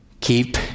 Keep